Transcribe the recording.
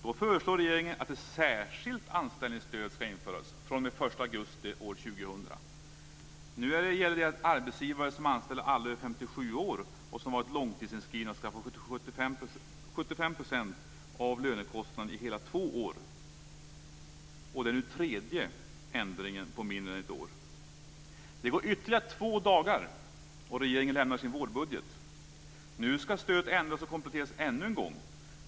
Då föreslår regeringen att ett särskilt anställningsstöd ska införas den 1 augusti år 2000. Nu gäller det att arbetsgivare för anställda över 57 års ålder som varit långtidsinskrivna ska få 75 % av lönekostnaden i hela två år. Det är den tredje ändringen på mindre än ett år. Det går ytterligare två dagar innan regeringen lämnar sin vårbudget. Nu ska stödet ändras och kompletteras ännu en gång.